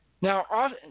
Now